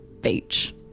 Beach